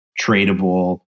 tradable